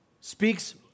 speaks